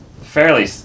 fairly